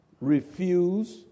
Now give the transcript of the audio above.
refuse